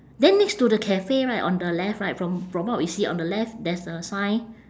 then next to the cafe right on the left right from from what we see on the left there's a sign